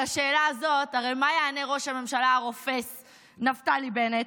על השאלה הזאת הרי מה יענה ראש הממשלה הרופס נפתלי בנט?